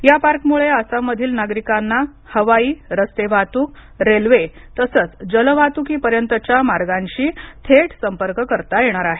या पार्कमुळे आसाममधील नागरिकांना हवाई रस्ते वाहतूक रेल्वे तसंच जलवाहतुकीपर्यंतच्या मार्गांशी थेट संपर्क करता येणार आहे